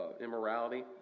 immorality